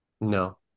no